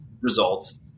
results